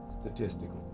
statistically